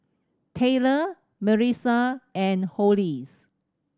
Taylor Marissa and Hollis